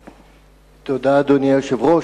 תודה, אדוני היושב-ראש.